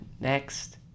next